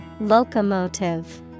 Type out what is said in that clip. Locomotive